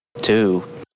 two